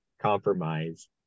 compromise